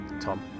Tom